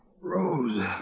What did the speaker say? Rose